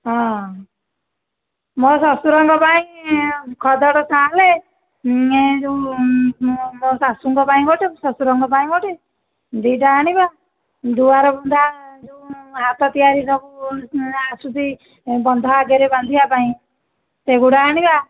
ହଁ ମୋ ଶ୍ୱଶୁରଙ୍କ ପାଇଁ ଖଦଡ଼ ସାଲ ଏ ଯେଉଁ ମୋ ଶାଶୁଙ୍କ ପାଇଁ ଗୋଟିଏ ମୋ' ଶ୍ୱଶୁରଙ୍କ ପାଇଁ ଗୋଟିଏ ଦୁଇଟା ଆଣିବା ଦୁଆର ବନ୍ଧା ଯେଉଁ ହାତ ତିଆରି ସବୁ ଆସୁଛି ବନ୍ଧ ଆଗରେ ବାନ୍ଧିବା ପାଇଁ ସେଗୁଡ଼ା ଆଣିବା